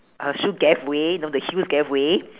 her shoe gave way you know the heels gave way